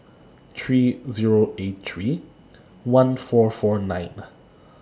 three Zero eight three one four four nine